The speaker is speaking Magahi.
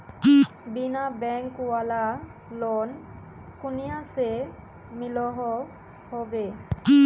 बिना बैंक वाला लोन कुनियाँ से मिलोहो होबे?